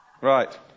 right